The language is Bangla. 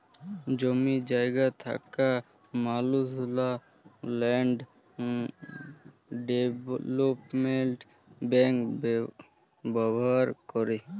জমি জায়গা থ্যাকা মালুসলা ল্যান্ড ডেভলোপমেল্ট ব্যাংক ব্যাভার ক্যরে